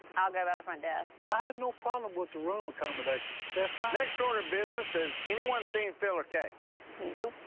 i'll go by the front desk. i have no problem with the room accommodations. they're fine. next order of business has anyone seen phil or kay? korie nope.